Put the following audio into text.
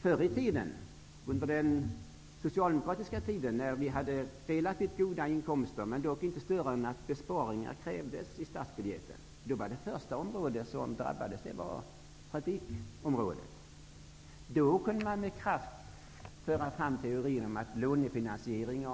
Förr i tiden, under det socialdemokratiska regeringsinnehavet, när vi hade relativt goda inkomster, dock inte större än att besparingar krävdes i statsbudgeten, var trafikområdet det första område som drabbades. Då kunde man med kraft föra fram teorin om att lånefinansiering